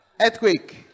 earthquake